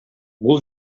бул